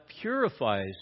purifies